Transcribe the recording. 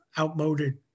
outmoded